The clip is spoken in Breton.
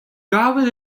gavet